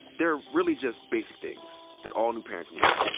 there are really just basic things that all new parents need,